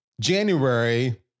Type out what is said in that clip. January